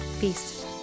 Peace